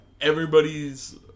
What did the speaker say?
everybody's